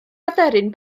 aderyn